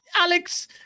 alex